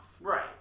Right